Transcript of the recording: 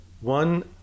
One